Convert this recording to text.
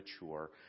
mature